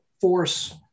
force